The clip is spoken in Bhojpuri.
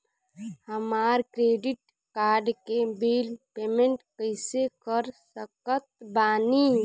हमार क्रेडिट कार्ड के बिल पेमेंट कइसे कर सकत बानी?